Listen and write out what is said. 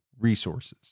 resources